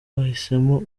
bahisemo